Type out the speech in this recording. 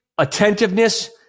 attentiveness